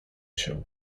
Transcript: się